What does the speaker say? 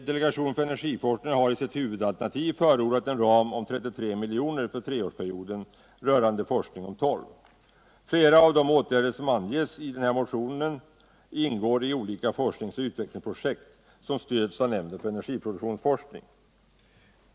Delegationen för energiforskning har i sitt huvudalternativ förordat en ram om 33 milj.kr. för treårsperioden rörande forskning om torv. Flera av de åtgärder som anges i den här motionen ingår i olika forsknings och utvecklingsprojekt som stöds av nämnden för energiproduktionsforskning.